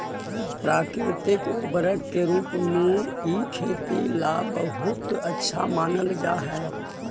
प्राकृतिक उर्वरक के रूप में इ खेती ला बहुत अच्छा मानल जा हई